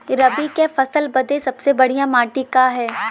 रबी क फसल बदे सबसे बढ़िया माटी का ह?